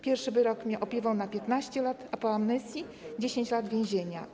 Pierwszy wyrok opiewał na 15 lat, a po amnestii na 10 lat więzienia.